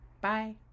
Bye